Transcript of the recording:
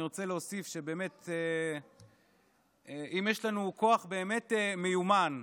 אני רוצה להוסיף שאם יש לנו כוח באמת מיומן,